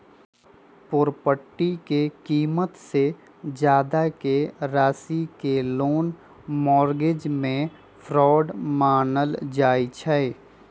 property के कीमत से जादा के राशि के लोन मोर्गज में फरौड मानल जाई छई